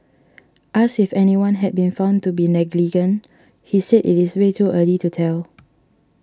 asked if anyone had been found to be negligent he said it is way too early to tell